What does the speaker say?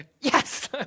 yes